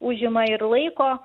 užima ir laiko